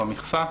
במכסה,